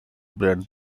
brand